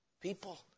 people